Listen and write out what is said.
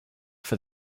for